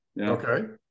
Okay